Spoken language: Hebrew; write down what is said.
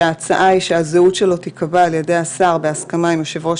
שההצעה היא שהזהות שלו תיקבע על ידי השר בהסכמה עם יושב-ראש